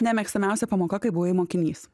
nemėgstamiausia pamoka kai buvai mokinys